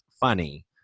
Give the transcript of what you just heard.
funny